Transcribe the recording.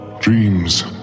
Dreams